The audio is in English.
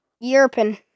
European